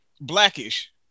Blackish